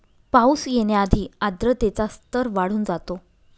पाऊस येण्याआधी आर्द्रतेचा स्तर वाढून जातो